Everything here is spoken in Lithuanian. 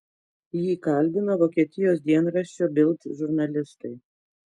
jį kalbino vokietijos dienraščio bild žurnalistai